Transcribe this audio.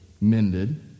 mended